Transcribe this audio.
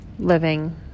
living